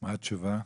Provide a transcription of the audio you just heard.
מה התשובה?